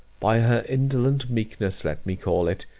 by her indolent meekness, let me call it,